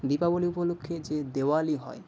দীপাবলি উপলক্ষে যে দেওয়ালি হয়